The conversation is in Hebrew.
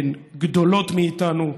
הן גדולות מאיתנו.